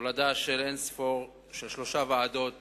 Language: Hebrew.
תולדה של שלוש ועדות